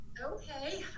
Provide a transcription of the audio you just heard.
Okay